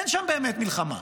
אין שם באמת מלחמה,